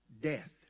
death